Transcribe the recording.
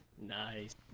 Nice